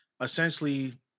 essentially